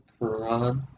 Quran